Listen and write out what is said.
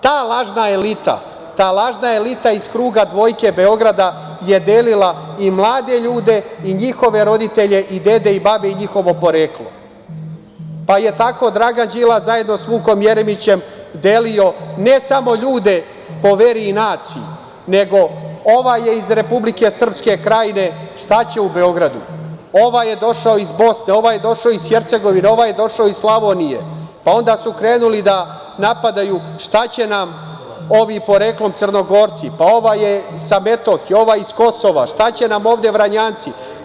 Ta lažna elita iz kruga dvojke Beograda je delila i mlade ljudi, i njihove roditelje, i dede, i babe, i njihovo poreklo, pa je tako Dragan Đilas zajedno sa Vukom Jeremićem delio, ne samo ljude po veri i naciji, nego ovaj je iz Republike Srpske Krajine, šta će u Beogradu, ovaj je došao iz Bosne, ovaj je došao iz Hercegovine, ovaj je došao iz Slavonije, pa su onda krenuli da napadaju – šta će nam ovi poreklom Crnogorci, pa ovaj je sa Metohije, ovaj sa Kosova, šta će nam ovde Vranjanci.